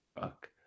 Fuck